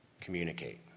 communicate